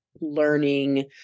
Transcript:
learning